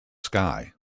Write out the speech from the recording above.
sky